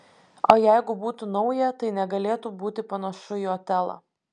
o jeigu būtų nauja tai negalėtų būti panašu į otelą